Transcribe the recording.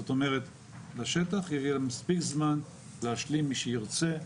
זאת אומרת, לשטח יהיה מספיק זמן להשלים, מי שירצה,